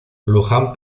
luján